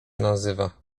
nazywa